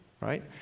right